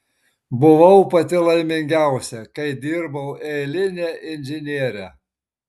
buvau pati laimingiausia kai dirbau eiline inžiniere